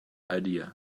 idea